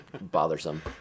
bothersome